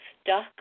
stuck